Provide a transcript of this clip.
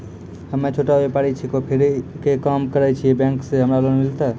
हम्मे छोटा व्यपारी छिकौं, फेरी के काम करे छियै, बैंक से हमरा लोन मिलतै?